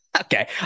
Okay